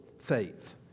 faith